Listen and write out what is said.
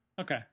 okay